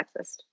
sexist